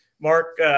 Mark –